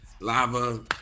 Lava